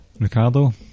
Ricardo